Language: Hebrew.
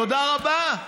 תודה רבה.